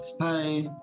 Hi